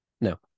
No